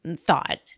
thought